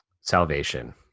salvation